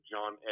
John